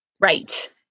Right